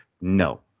No